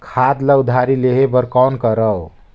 खाद ल उधारी लेहे बर कौन करव?